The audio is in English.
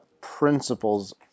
principles